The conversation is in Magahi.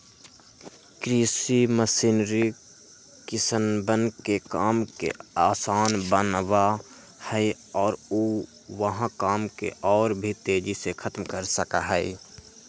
कृषि मशीनरी किसनवन के काम के आसान बनावा हई और ऊ वहां काम के और भी तेजी से खत्म कर सका हई